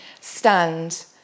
stand